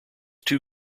two